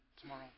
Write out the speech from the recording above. tomorrow